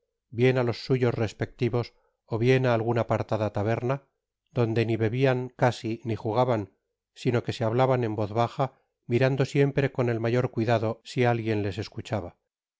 bien á los suyos respectivos ó bien á alguna apartada taberna donde ni bebian casi ni jugaban sino que se hablaban en voz baja mirando siempre con el mayor cuidado si alguien les escuchaba